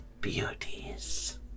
Beauties